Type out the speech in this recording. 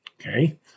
Okay